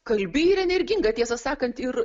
kalbi ir energinga tiesą sakant ir